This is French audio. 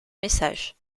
messages